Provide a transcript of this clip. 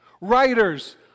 Writers